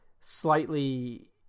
slightly